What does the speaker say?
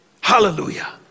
Hallelujah